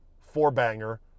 four-banger